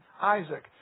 Isaac